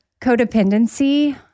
Codependency